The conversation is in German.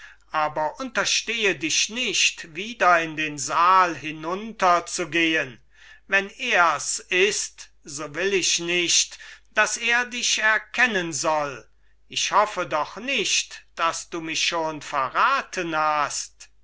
aber untersteh dich nicht wieder in den saal hinunter zu gehen wenn er es ist so will ich nicht daß er dich erkennen soll ich hoffe doch nicht daß du mich schon verraten haben